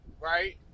Right